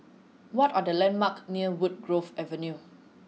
what are the landmarks near Woodgrove Avenue